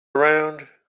around